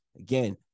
Again